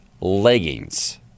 leggings